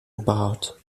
about